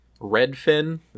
Redfin